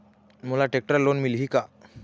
मोला tractor loan मिलही का?